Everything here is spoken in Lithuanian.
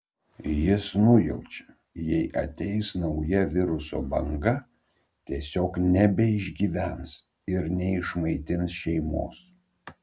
jis nujaučia jei ateis nauja viruso banga tiesiog nebeišgyvens ir neišmaitins šeimos